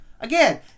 Again